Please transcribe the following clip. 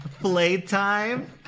Playtime